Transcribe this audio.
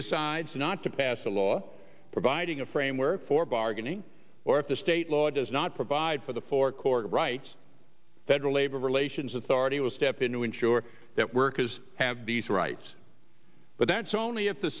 decides not to pass a law providing a framework for bargaining or if the state law does not for the forecourt rights federal labor relations authority will step in to ensure that workers have these rights but that's only if the